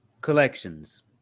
Collections